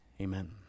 Amen